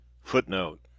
Footnote